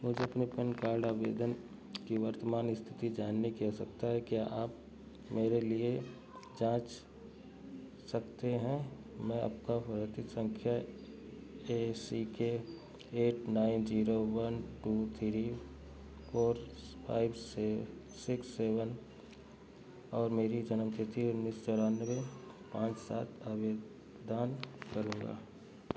मुझे अपने PAN card आवेदन की वर्तमान इस्थिति जानने की आवश्यकता है क्या आप इसे मेरे लिए जाँच सकते हैं मैं आपको पावती सँख्या A C K eight nine zero one two three four five six seven और मेरी जन्म तिथि उन्नीस सौ चौरानवे पाँच सात आवेदन करूँगा